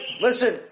listen